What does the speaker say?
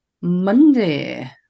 Monday